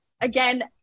again